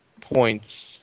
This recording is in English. points